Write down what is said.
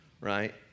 right